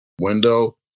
window